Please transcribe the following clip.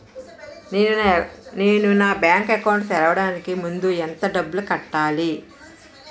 నేను నా bank account తెరవడానికి ముందు ఎంత డబ్బులు కట్టాలి?